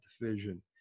division